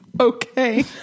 Okay